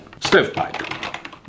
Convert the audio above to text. Stovepipe